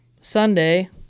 Sunday